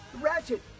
Ratchet